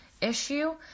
issue